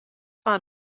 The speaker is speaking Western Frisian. fan